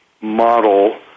model